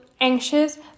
anxious